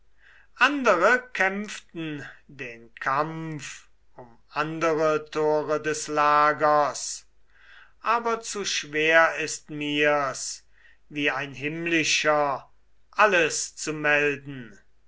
andere kämpften den kampf um andere tore des lagers aber zu schwer ist mir's wie ein himmlischer alles zu melden